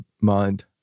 mind